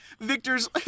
Victor's